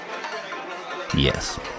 Yes